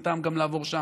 אין טעם גם לעבור שם.